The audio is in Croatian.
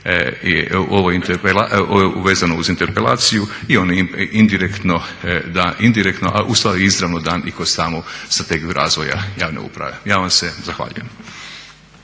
dan vezano za interpelaciju i on indirektno, a ustvari izravno dan i kod same strategije razvoja javne uprave. Ja vam se zahvaljujem.